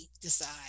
decide